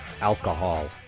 alcohol